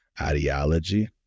ideology